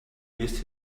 missed